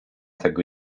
tego